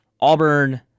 Auburn